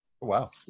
Wow